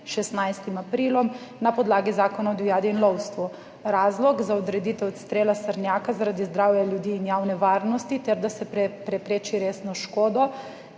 16. aprila na podlagi Zakona o divjadi in lovstvu. Razlog: za odreditev odstrela srnjaka zaradi zdravja ljudi in javne varnosti ter da se prepreči resno škodo,